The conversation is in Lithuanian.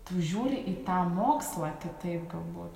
tu žiūri į tą mokslą kitaip galbūt